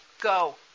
go